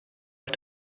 auf